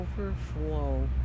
overflow